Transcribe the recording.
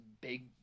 big